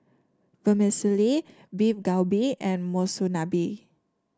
Vermicelli Beef Galbi and Monsunabe